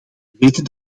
weten